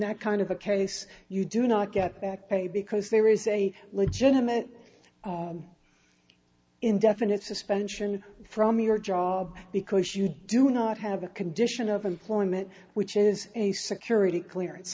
that kind of a case you do not get back pay because there is a legitimate indefinite suspension from your job because you do not have a condition of employment which is a security clearance